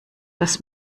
dass